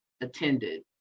attended